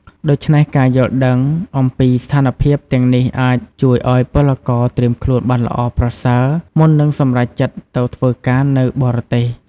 ដូច្មេះការយល់ដឹងអំពីស្ថានភាពទាំងនេះអាចជួយឱ្យពលករត្រៀមខ្លួនបានល្អប្រសើរ មុននឹងសម្រេចចិត្តទៅធ្វើការនៅបរទេស ។